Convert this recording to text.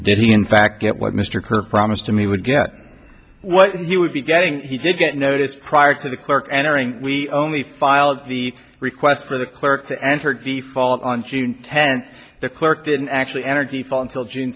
did he in fact get what mr kerr promised to me would get what he would be getting he did get notice prior to the clerk entering we only filed the request for the clerk to enter d falls on june tenth the clerk didn't actually energy fall until june